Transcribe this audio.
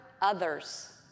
others